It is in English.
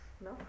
no